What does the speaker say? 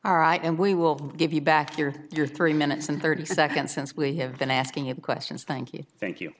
all right and we will give you back your your three minutes and thirty seconds since we have been asking you questions thank you thank you